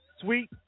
Sweet